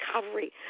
recovery